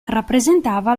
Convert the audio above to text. rappresentava